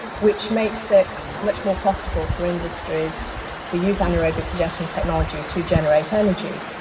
which makes it much more profitable for industries to use anaerobic digestion technology to generate energy.